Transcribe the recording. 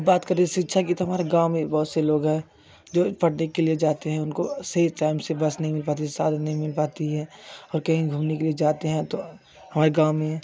अब बात करें शिक्षा की तो हमारे गाँव में बहुत से लोग हैं जो पढ़ने के लिए जाते हैं उनको सही टाइम से बस नहीं मिल पाती साधन नहीं मिल पाती है और कहीं घूमने के लिए जाते हैं तो हमारे गाँव में